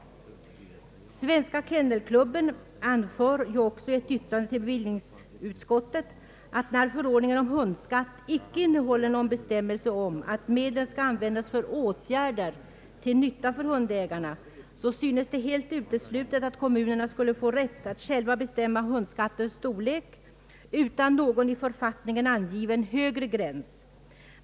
Svenska kennelklubben anför i ett yttrande till bevillningsutskottet att när förordningen om hundskatt icke innehåller någon bestämmelse om att medlen skall användas för åtgärder till nytta för hundägarna så synes det helt uteslutet att kommunerna skulle få rätt att själva bestämma hundskattens storlek utan någon i författningen angiven högre gräns.